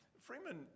Freeman